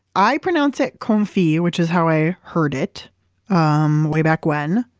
i pronounce it confit, which is how i heard it um way back when.